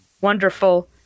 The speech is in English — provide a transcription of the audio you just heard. wonderful